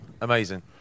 Amazing